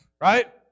Right